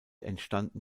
entstanden